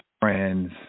friends